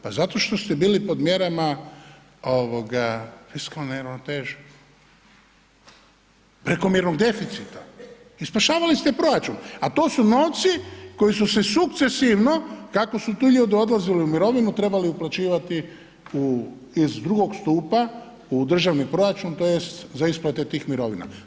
Pa zato što ste bili pod mjerama ovoga fiskalne neravnoteže, prekomjernog deficita i spašavali ste proračun, a to su novci koji su se sukcesivno kako su ti ljudi odlazili u mirovinu trebali uplaćivati iz drugog stupa u državni proračun tj. za isplate tih mirovina.